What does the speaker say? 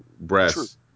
breasts